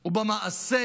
היא במעשה